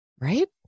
right